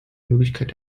möglichkeit